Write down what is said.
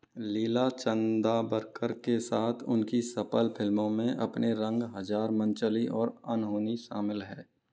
लीना चन्दावरकर के साथ उनकी सफल फिल्मों में अपने रंग हज़ार मनचली और अनहोनी शामिल हैं